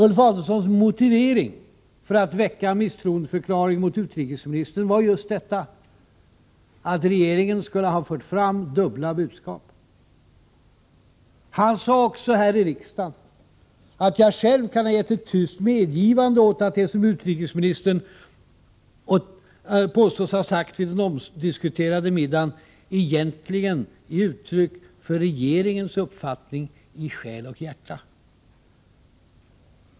Ulf Adelsohns motivering för att väcka misstroendeförklaring mot utrikesministern var just detta att regeringen skulle ha fört fram dubbla budskap. Han sade också, här i riksdagen, att jag själv kan ha gett ett tyst medgivande åt att det som utrikesministern påstods ha sagt vid den omdiskuterade middagen egentligen är uttryck för regeringens uppfattning i själ och hjärta.